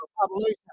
population